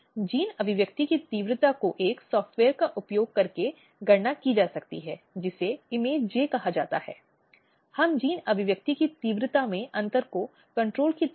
जिसे केंद्रीय स्तर पर मंत्रालय ने लिया है या हो सकता है अगर मैं पश्चिम बंगाल राज्य की बात करूँ